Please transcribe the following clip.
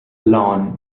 lawn